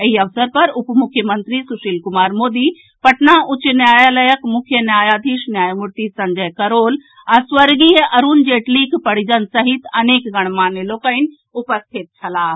एहि अवसर पर उप मुख्यमंत्री सुशील कुमार मोदी पटना उच्च न्यायालयक मुख्य न्यायाधीश न्यायमूर्ति संजय करोल आ स्वर्गीय अरूण जेटलीक परिजन सहित अनेक गणमान्य लोकनि उपस्थित छलाह